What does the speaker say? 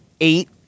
eight